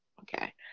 Okay